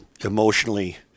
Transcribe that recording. emotionally